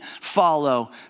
follow